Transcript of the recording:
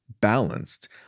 balanced